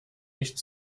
nicht